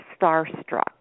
starstruck